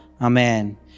Amen